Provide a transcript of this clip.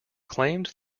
claimed